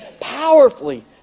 powerfully